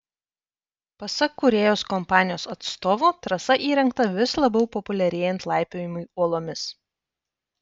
pasak kūrėjos kompanijos atstovų trasa įrengta vis labiau populiarėjant laipiojimui uolomis